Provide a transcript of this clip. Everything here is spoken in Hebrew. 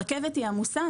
הרכבת עמוסה,